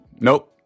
nope